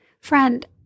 Friend